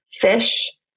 fish